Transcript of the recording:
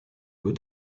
would